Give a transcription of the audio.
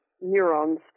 neurons